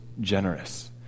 generous